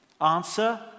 Answer